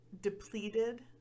depleted